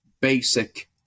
basic